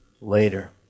later